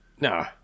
No